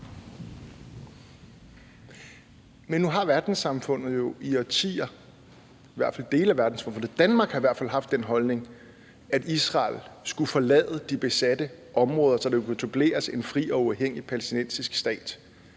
Men nu har verdenssamfundet jo i årtier, i hvert fald dele af verdenssamfundet, Danmark har i hvert fald, haft den holdning, at Israel skulle forlade de besatte områder, så der kunne etableres en fri og uafhængig palæstinensisk stat.